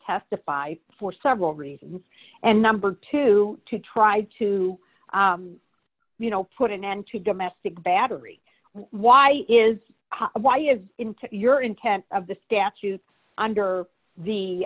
testify for several reasons and number two to try to you know put an end to domestic battery why is why if in to your intent of the statutes under the